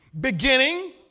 beginning